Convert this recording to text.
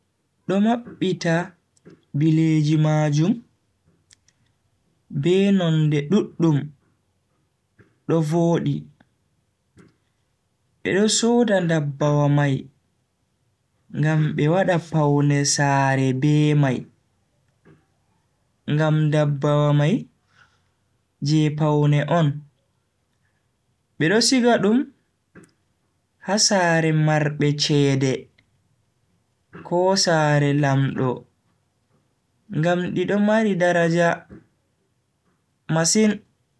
Do mabbita bileeji majum be nonde duddum do vodi. be do soda ndabbawa mai ngam be wada pawne sare be mai ngam ndabbawa mai je pewne on be do siga dum ha sare marbe chede, ko sare lamdo ngam di do mara daraja masin.